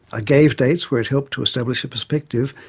ah gave dates where it helped to establish a perspective,